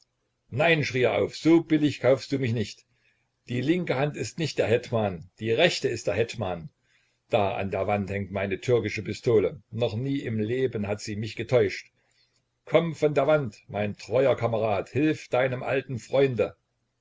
nein schrie er auf so billig kaufst du mich nicht die linke hand ist nicht der hetman die rechte ist der hetman da an der wand hängt meine türkische pistole noch nie im leben hat sie mich getäuscht komm von der wand mein treuer kamerad hilf deinem alten freunde